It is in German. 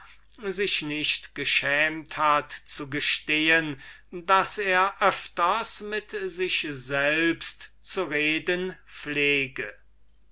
sich nicht geschämt hat zu gestehen daß er öfters mit sich selbst zu reden pflege